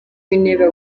w’intebe